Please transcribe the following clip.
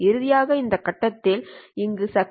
இறுதியாக இந்தகட்டத்தில் இங்குள்ள சக்தி H1G1H2